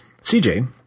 CJ